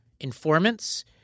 informants